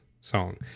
song